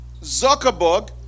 Zuckerberg